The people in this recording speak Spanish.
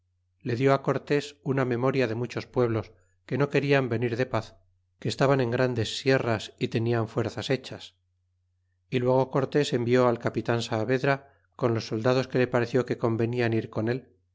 le diú cortés una memoria de muchos pueblos que no querian venir de paz que estaban en grandes sierras y tenian fuerzas hechas y luego cortés envió al capitan saavedra con los soldados que le pareció que convenian ir con él